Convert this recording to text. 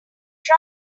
try